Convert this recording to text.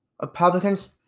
Republicans